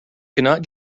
cannot